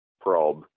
probe